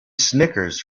snickers